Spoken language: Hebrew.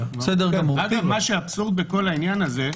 מה שאבסורד בכל העניין הזה,